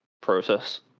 process